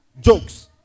Jokes